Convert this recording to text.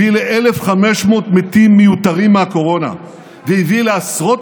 הביא ל-1,500 מתים מיותרים מהקורונה והביא לעשרות